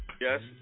Yes